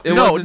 no